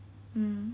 mm